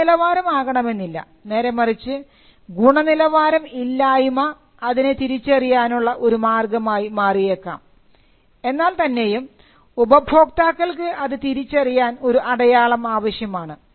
ഗുണനിലവാരം ആകണമെന്നില്ല നേരെമറിച്ച് ഗുണനിലവാരം ഇല്ലായ്മ അതിനെ തിരിച്ചറിയാനുള്ള ഒരു മാർഗമായി മാറിയേക്കാം എന്നാൽ തന്നെയും ഉപഭോക്താക്കൾക്ക് അത് തിരിച്ചറിയാൻ ഒരു അടയാളം ആവശ്യമാണ്